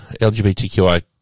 LGBTQI